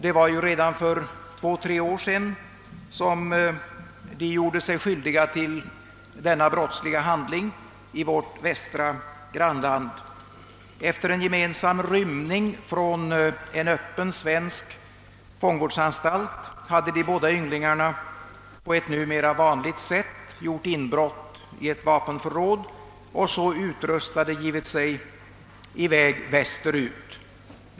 Det var redan för två, tre år sedan som de gjorde sig skyldiga till denna brottsliga handling i vårt västra grannland, Efter en gemensam rymning från en öppen svensk fångvårdsanstalt hade de båda ynglingarna på ett numera vanligt sätt gjort inbrott i ett vapenförråd och så utrustade givit sig i väg västerut.